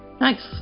Nice